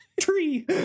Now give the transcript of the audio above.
tree